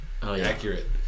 accurate